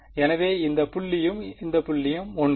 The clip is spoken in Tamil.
எனவே இந்த புள்ளியும் இந்த புள்ளியும் ஒன்றே